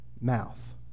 mouth